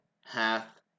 hath